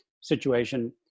situation